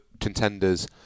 contenders